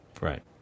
Right